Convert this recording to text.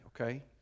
okay